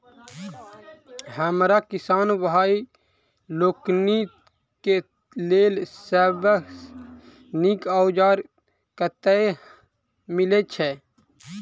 हमरा किसान भाई लोकनि केँ लेल सबसँ नीक औजार कतह मिलै छै?